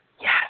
Yes